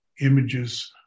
images